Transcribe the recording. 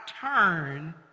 turn